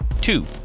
two